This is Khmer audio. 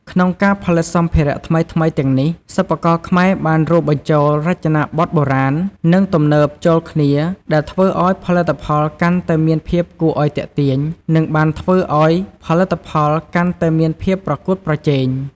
ក្នុងការផលិតសម្ភារៈថ្មីៗទាំងនេះ សិប្បករខ្មែរបានរួមបញ្ចូលរចនាបថបុរាណ និងទំនើបចូលគ្នាដែលធ្វើឲ្យផលិតផលកាន់តែមានភាពគួរឲ្យទាក់ទាញ និងបានធ្វើឱ្យផលិតផលកាន់តែមានភាពប្រកួតប្រជែង។។